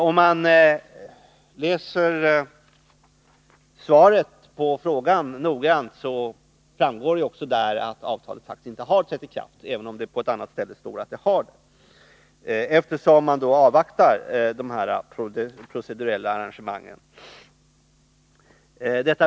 Om man läser svaret på frågan noggrant framgår det att avtalet inte har trätt i kraft, även om det på ett annat ställe står att det har gjort det, eftersom man avvaktar de procedurella arrangemangen.